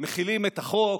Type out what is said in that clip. מחילים את החוק,